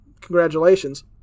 congratulations